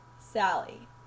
Sally